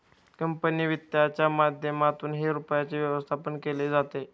company वित्तच्या माध्यमातूनही रुपयाचे व्यवस्थापन केले जाते